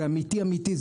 זה אמיתי-אמיתי,